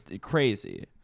crazy